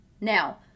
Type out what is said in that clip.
Now